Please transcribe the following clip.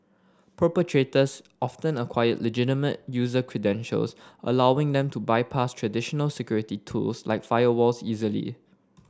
perpetrators often acquire legitimate user credentials allowing them to bypass traditional security tools like firewalls easily